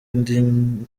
indi